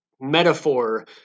metaphor